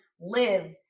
live